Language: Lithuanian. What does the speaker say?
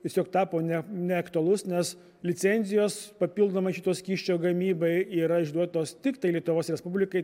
tiesiog tapo ne neaktualus nes licenzijos papildomai šito skysčio gamybai yra išduotos tiktai lietuvos respublikai